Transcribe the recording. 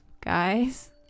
guys